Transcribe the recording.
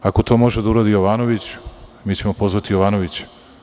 Ako to može da uradi Jovanović, mi ćemo pozvati Jovanovića.